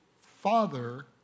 Father